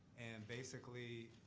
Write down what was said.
and basically,